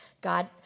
God